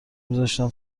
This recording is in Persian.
میذاشتم